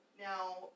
Now